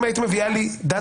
אם היית מביאה לי Data,